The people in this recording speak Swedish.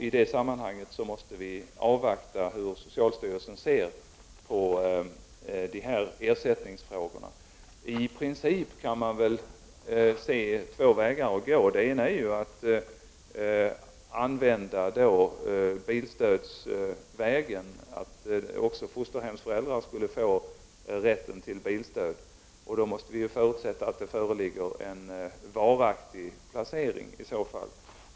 I det avseendet måste vi avvakta hur socialstyrelsen ser på ersättningsfrågorna. I princip kan man väl se två vägar. Den ena är att använda bilstödsvägen, dvs. att också fosterhemsföräldrar skulle få rätt till bilstöd. I så fall måste man ju förutsätta att det föreligger en varaktig placering.